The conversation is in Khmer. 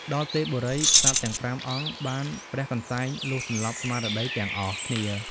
ដល់ទេពបុរី ក្សត្រទាំង ៥ អង្គបានព្រះកន្សែងលុះសន្លប់ស្មារតីទាំងអស់គ្នា។